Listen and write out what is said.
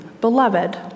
beloved